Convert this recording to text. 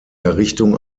errichtung